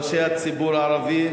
ראשי הציבור הערבי,